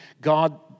God